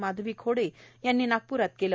माधवी खोडे यांनी नागपूरात केलं